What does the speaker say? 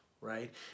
right